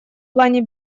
плане